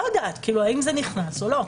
אני לא יודעת אם זה נכנס או לא.